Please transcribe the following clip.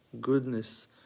goodness